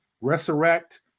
resurrect